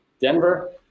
Denver